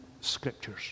Scriptures